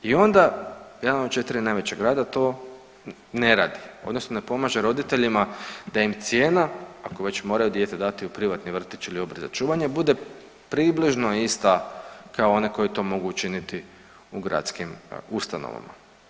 I onda jedan od 4 najveća grada to ne radi, odnosno ne pomaže roditeljima da im cijena, ako već moraju dijete dati u privatni vrtić ili obrt za čuvanje bude približno ista kao oni koji to mogu učiniti u gradskim ustanovama.